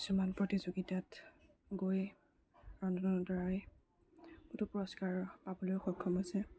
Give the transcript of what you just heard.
কিছুমান প্ৰতিযোগিতাত গৈ ৰন্ধনৰ দ্বাৰাই বহুতো পুৰস্কাৰ পাবলৈও সক্ষম হৈছে